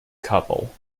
couple